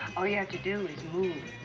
all you have to do is move